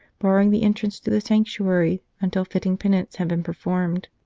barring the entrance to the sanctuary until fitting penance had been performed.